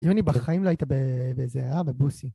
יוני בחיים לא היית בזה, אה? בבוסי